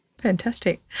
Fantastic